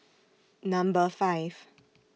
Number five